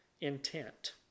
intent